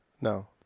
No